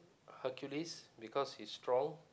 Hercules because he's strong